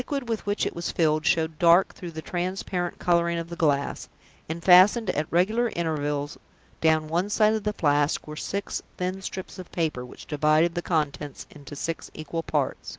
the liquid with which it was filled showed dark through the transparent coloring of the glass and fastened at regular intervals down one side of the flask were six thin strips of paper, which divided the contents into six equal parts.